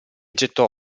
gettò